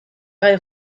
gai